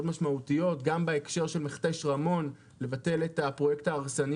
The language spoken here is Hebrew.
משמעותיות: גם בהקשר של מכתש רמון לבטל את פרויקט הבנייה ההרסני